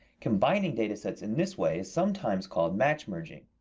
combining data sets in this way is sometimes called match merging.